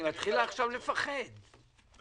זה